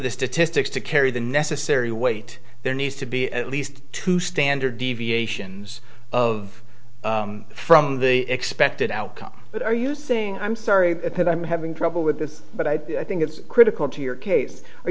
the statistics to carry the necessary weight there needs to be at least two standard deviations of from the expected outcome but are you saying i'm sorry i'm having trouble with this but i think it's critical to your case are